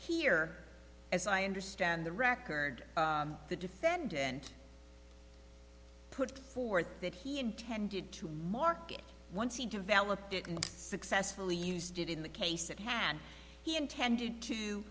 here as i understand the record the defendant put forth that he intended to mark it once he developed it and successfully used it in the case at hand he intended to